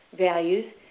values